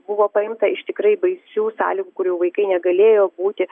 buvo paimta iš tikrai baisių sąlygų kur jau vaikai negalėjo būti